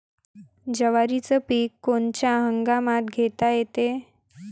जवारीचं पीक कोनच्या हंगामात घेता येते?